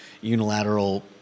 unilateral